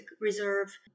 reserve